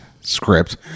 script